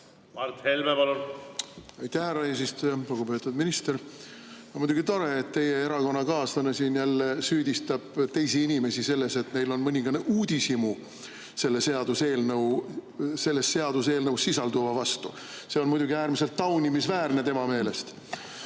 Mart Helme, palun! Aitäh, härra eesistuja! Lugupeetud minister! On muidugi tore, et teie erakonnakaaslane siin jälle süüdistab teisi inimesi selles, et neil on mõningane uudishimu selles seaduseelnõus sisalduva vastu. See on äärmiselt taunimisväärne tema meelest.